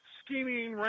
scheming